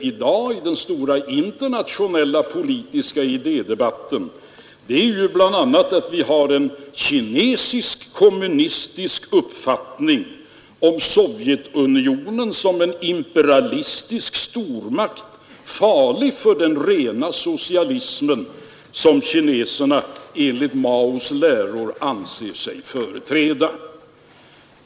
I den stora internationella politiska idédebatten upplever vi i dag att det finns en kinesisk-kommunistisk uppfattning om Sovjetunionen som en imperialistisk stormakt, farlig för den rena socialismen, som kineserna enligt Maos läror företräder.